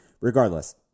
regardless